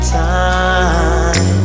time